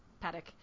paddock